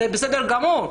זה בסדר גמור.